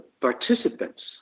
participants